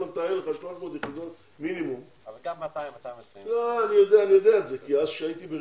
אם אין לך 300 יחידות אני יודע כשהייתי בראשון,